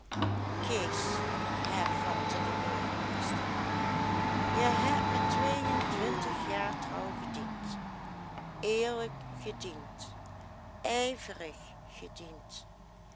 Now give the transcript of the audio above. kees hervatte de burgemeester je hebt me tweeëntwintig jaar trouw gediend eerlijk gediend ijverig gediend